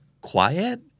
quiet